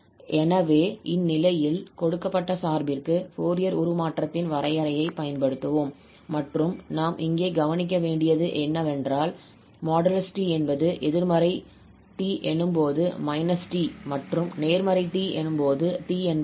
எனவே இந்நிலையில் கொடுக்கப்பட்ட சார்பிற்க்கு ஃபோரியர் உருமாற்றத்தின் வரையறையைப் பயன்படுத்துவோம் மற்றும் நாம் இங்கே கவனிக்க வேண்டியது என்னவென்றால் | 𝑡 | என்பது எதிர்மறை t எனும்போது -t மற்றும் நேர்மறை t எனும்போது t என்பதாகும்